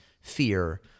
fear